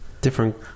Different